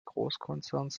großkonzerns